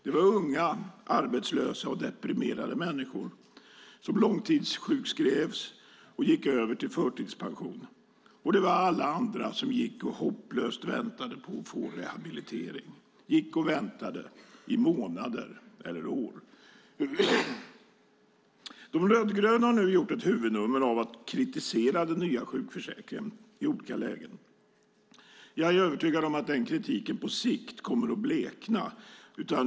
Det var unga arbetslösa och deprimerade människor som långtidssjukskrevs och gick över till förtidspension, och det var alla andra som gick och hopplöst väntade - i månader eller år - på att få rehabilitering. De rödgröna har nu gjort ett nummer av att kritisera den nya sjukförsäkringen. Jag är övertygad om att kritiken på sikt kommer att blekna.